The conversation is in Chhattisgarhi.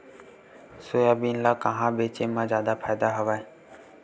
सोयाबीन ल कहां बेचे म जादा फ़ायदा हवय?